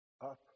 up